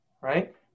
right